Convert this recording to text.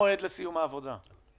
המשבר הזה התחיל מאמצע מרץ.